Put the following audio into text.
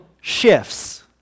shifts